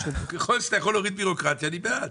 ככל שאתה יכול להוריד בירוקרטיה אני בעד.